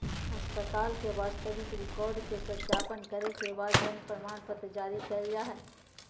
अस्पताल के वास्तविक रिकार्ड के सत्यापन करे के बाद जन्म प्रमाणपत्र जारी कइल जा हइ